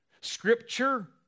Scripture